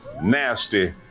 Nasty